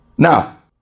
Now